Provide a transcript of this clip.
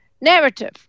narrative